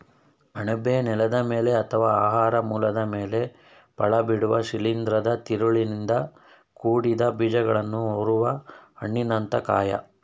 ಅಣಬೆ ನೆಲದ ಮೇಲೆ ಅಥವಾ ಆಹಾರ ಮೂಲದ ಮೇಲೆ ಫಲಬಿಡುವ ಶಿಲೀಂಧ್ರದ ತಿರುಳಿನಿಂದ ಕೂಡಿದ ಬೀಜಕಗಳನ್ನು ಹೊರುವ ಹಣ್ಣಿನಂಥ ಕಾಯ